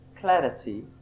Clarity